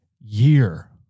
year